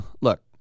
look